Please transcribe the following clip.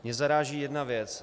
Mě zaráží jedna věc.